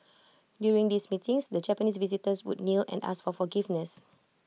during these meetings the Japanese visitors would kneel and ask for forgiveness